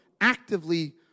actively